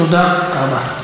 תודה רבה.